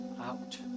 out